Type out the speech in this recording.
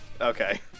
Okay